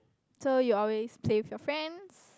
so you always play with your friends